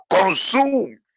Consume